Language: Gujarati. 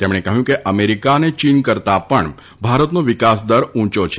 તેમણે કહ્યું કે અમેરિકા અને ચીન કરતાં પણ ભારતનો વિકાસદર ઉંચો છે